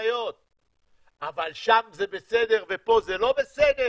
אחריות אבל שם זה בסדר ופה זה לא בסדר?